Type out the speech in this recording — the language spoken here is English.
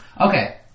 Okay